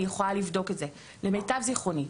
אני יכולה לבדוק את זה, זה למיטב זכרוני.